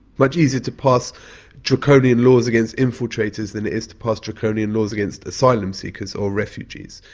much easier to pass draconian laws against infiltrators than it is to pass draconian laws against asylum seekers or refugees.